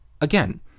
again